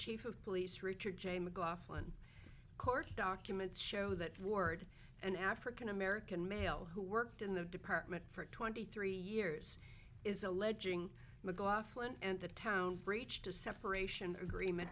chief of police richard j mclaughlin court documents show that ward an african american male who worked in the department for twenty three years is alleging mcglothlin and the town breached a separation agreement